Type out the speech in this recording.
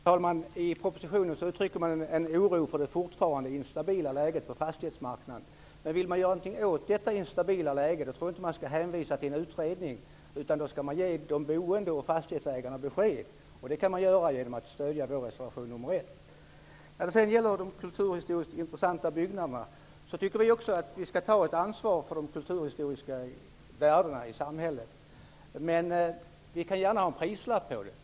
Herr talman! I propositionen uttrycks oro över det fortfarande instabila läget på fastighetsmarknaden. Men vill man göra något åt det skall man nog inte hänvisa till en utredning, utan då skall man ge de boende och fastighetsägarna besked. Det kan man göra genom att stödja vår reservation nr 1. När det sedan gäller kulturhistoriskt intressanta byggnader i samhället tycker också vi socialdemokrater att vi skall ta ett ansvar. Men vi kan gärna ha en prislapp i det avseendet.